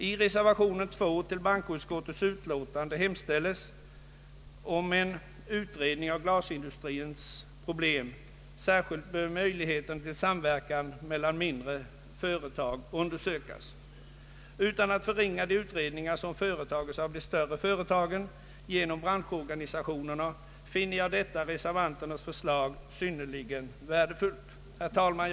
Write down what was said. I reservation 2 till bankoutskottets utlåtande hemställes om en utredning av glasindustrins problem. Särskilt bör möjligheterna till samverkan mellan mindre företag undersökas. Utan att förringa de utredningar som görs av de större företagen, genom branschorganisationerna, finner jag detta reservanternas förslag synnerligen värdefulit. Herr talman!